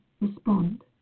respond